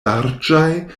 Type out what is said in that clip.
larĝaj